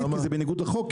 כי זה בניגוד לחוק,